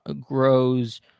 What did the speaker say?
grows